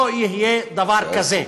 לא יהיה דבר כזה.